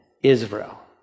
Israel